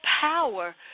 power